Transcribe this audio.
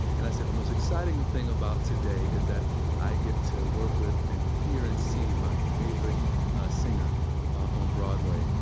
and i said, the most exciting thing about today is that i get to work with and hear and see my favorite singer on broadway.